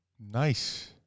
nice